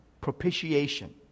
Propitiation